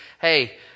Hey